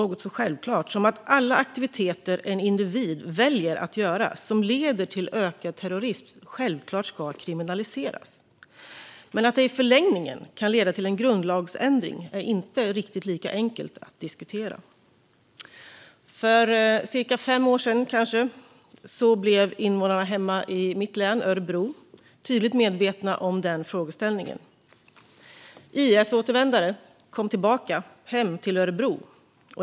Det är självklart att alla aktiviteter som en individ väljer att göra och som leder till ökad terrorism ska kriminaliseras. Men att det i förlängningen kan leda till en grundlagsändring är inte riktigt lika enkelt att diskutera. För cirka fem år sedan blev invånarna hemma i mitt län, Örebro, tydligt medvetna om den frågeställningen. IS-återvändare kom tillbaka hem till Örebro.